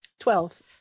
Twelve